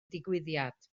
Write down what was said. digwyddiad